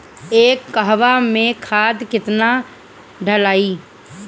एक कहवा मे खाद केतना ढालाई?